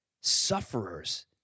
sufferers